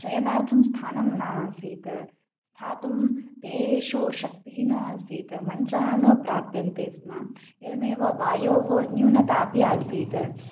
शयनार्थं स्थानं न आसीत् स्थातुं तेषु शक्तिः न आसीत् मञ्चाः न प्राप्यन्ते स्म एवमेव वायोः न्यूनतापि आसीत्